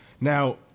Now